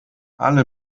alle